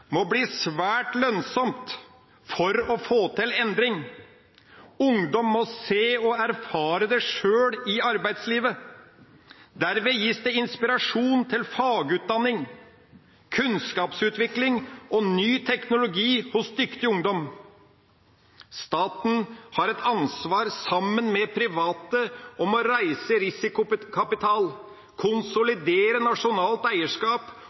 må bli svært lønnsomt for å få til endring. Ungdom må se og erfare det sjøl i arbeidslivet. Derved gis det inspirasjon til fagutdanning, kunnskapsutvikling og ny teknologi hos dyktig ungdom. Staten har et ansvar, sammen med private, for å reise risikokapital, konsolidere nasjonalt eierskap